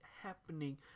happening